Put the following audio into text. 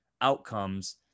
outcomes